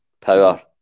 power